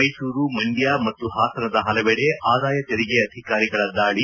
ಮೈಸೂರು ಮಂದ್ಯ ಮತ್ತು ಹಾಸನದ ಹಲವೆಡೆ ಆದಾಯ ತೆರಿಗೆ ಅಧಿಕಾರಿಗಳ ದಾಳಿ